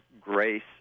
grace